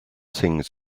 things